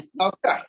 Okay